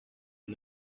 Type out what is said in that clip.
and